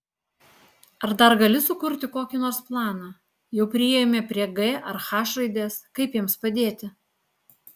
ar dar gali sukurti kokį nors planą jau priėjome prie g ar h raidės kaip jiems padėti